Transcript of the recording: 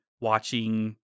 watching